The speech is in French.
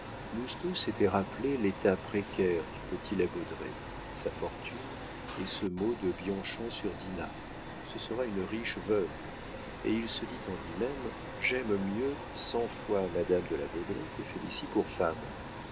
lousteau s'était rappelé l'état précaire du petit la baudraye sa fortune et ce mot de bianchon sur dinah ce sera une riche veuve et il se dit en lui-même j'aime mieux cent fois madame de la baudraye que félicie pour femme